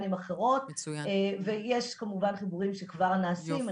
עם אחרות ויש כמובן חיבורים שכבר נעשים,